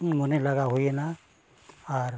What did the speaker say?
ᱢᱚᱱᱮ ᱞᱟᱜᱟᱣ ᱦᱩᱭᱱᱟ ᱟᱨ